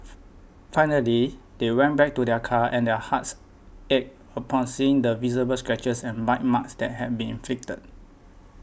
finally they went back to their car and their hearts ached upon seeing the visible scratches and bite marks that had been inflicted